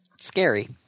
scary